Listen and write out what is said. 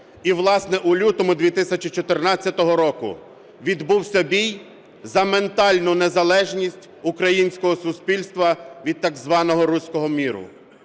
і, власне, у лютому 2014 року відбувся бій за ментальну незалежність українського суспільства від так званого "русского мира".